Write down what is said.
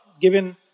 given